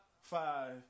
five